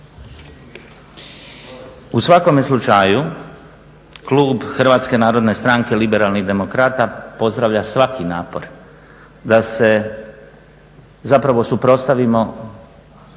U svakome slučaju, klub Hrvatske narodne stranke liberalnih demokrata pozdravlja svaki napor da se zapravo suprotstavimo